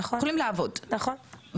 נכון.